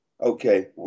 Okay